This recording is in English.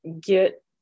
get